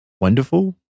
wonderful